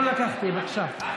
אני לא לקחתי, בבקשה.